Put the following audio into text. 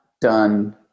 done